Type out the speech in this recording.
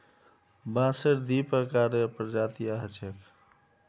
बांसेर दी प्रकारेर प्रजातियां ह छेक